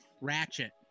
Ratchet